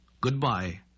Goodbye